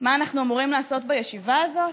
מה אנחנו אמורים לעשות בישיבה הזאת.